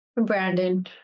Brandon